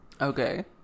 Okay